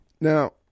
now